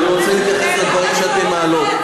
ואני רוצה להתייחס לדברים שאתן מעלות.